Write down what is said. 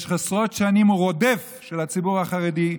שבמשך עשרות שנים הוא רודף של הציבור החרדי,